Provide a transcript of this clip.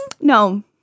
No